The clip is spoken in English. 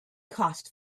costs